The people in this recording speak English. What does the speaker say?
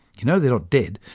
you know they're not dead,